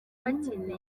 bakeneye